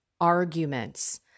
arguments